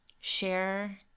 share